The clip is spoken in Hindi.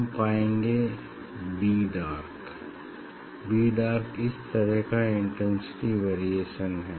हम पाएंगे बी डार्क बी डार्क इस तरह का इंटेंसिटी वेरिएशन है